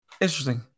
Interesting